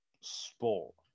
sport